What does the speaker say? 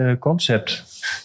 concept